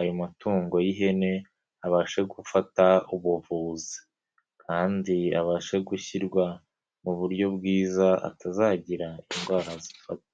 ayo matungo y'ihene abashe gufata ubuvuzi kandi abashe gushyirwa mu buryo bwiza, atazagira indwara azifata.